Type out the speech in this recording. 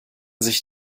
sich